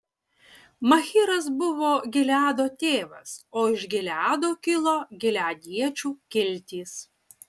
machyras buvo gileado tėvas o iš gileado kilo gileadiečių kiltys